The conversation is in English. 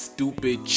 Stupid